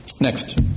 next